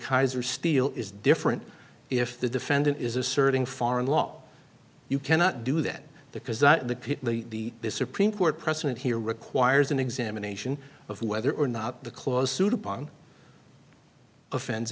kaiser steel is different if the defendant is asserting foreign law you cannot do that because the the this supreme court precedent here requires an examination of whether or not the clause sued upon offen